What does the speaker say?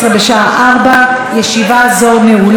בשעה 16:00. ישיבה זו נעולה.